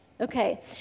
Okay